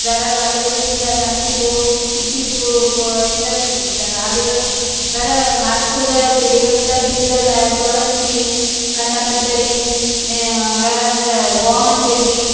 வேறே பழயைபடி இந்த மல்லிப்பூ பிச்சிப்பூ கோ இந்த இந்த ஆடுகள் வேற மருத்துவ செடிகளில் தூதுவல துளசி கன்டங்கத்திரி வேற அந்த ஓமம் செடி